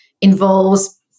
involves